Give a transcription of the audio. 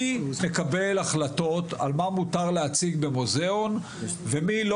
מי מקבל החלטות על מה מותר להציג במוזיאון ומי לא